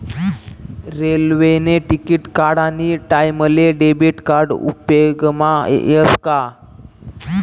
रेल्वेने तिकिट काढानी टाईमले डेबिट कार्ड उपेगमा यस का